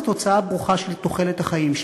זו תוצאה ברוכה של תוחלת החיים,